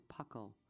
Puckle